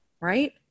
Right